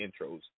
intros